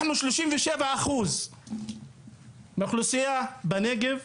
אנחנו 37% מהאוכלוסייה בנגב.